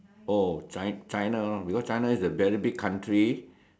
oh chi~ China know because China is a very big country